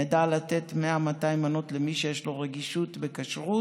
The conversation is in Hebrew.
נדע לתת 100 200 מנות למי שיש רגישות בכשרות,